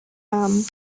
haben